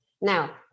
Now